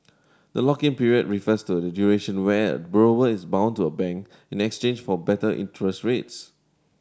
the lock in period refers to the duration where borrower is bound to a bank in exchange for better interest rates